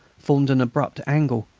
formed an abrupt angle,